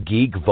Geek